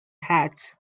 hatch